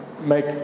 make